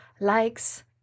likes